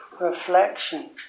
reflection